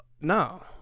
no